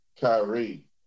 Kyrie